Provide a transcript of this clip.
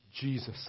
Jesus